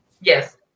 Yes